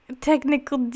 technical